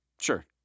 Sure